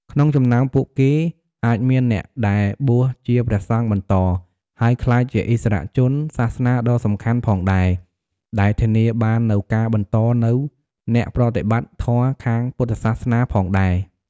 ក្នុងចំណោមពួកគេ អាចមានអ្នកដែលបួសជាព្រះសង្ឃបន្ត ហើយក្លាយជាឥស្សរជនសាសនាដ៏សំខាន់ផងដែរ ដែលធានាបាននូវការបន្តនូវអ្នកប្រតិបត្តិធម៌ខាងពុទ្ធសាសនាផងដែរ។